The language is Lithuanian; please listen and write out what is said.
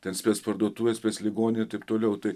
ten spec parduotuvė spec ligoninė ir taip toliau tai